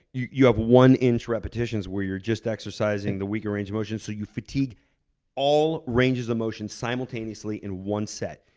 you you have one inch repetitions where you're just exercising the weaker range of motions so you fatigued all ranges of motion simultaneously in one set.